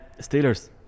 Steelers